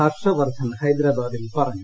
ഹർഷ വർദ്ധൻ ഹൈദ്രാബാദിൽ പറഞ്ഞു